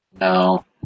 no